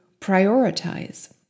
prioritize